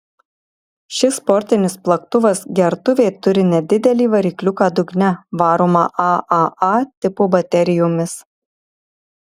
šis sportinis plaktuvas gertuvė turi nedidelį varikliuką dugne varomą aaa tipo baterijomis